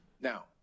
Now